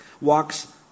Walks